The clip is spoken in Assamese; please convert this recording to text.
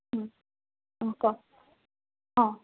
ওঁ অঁ ক অঁ